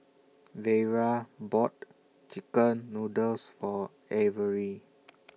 Vera bought Chicken Noodles For Averi